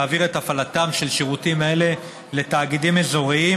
להעביר את הפעלתם של שירותים אלה לתאגידים אזוריים